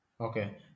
Okay